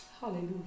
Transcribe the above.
hallelujah